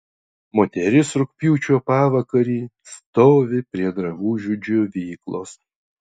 moteris rugpjūčio pavakarį stovi prie drabužių džiovyklos